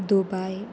Dubai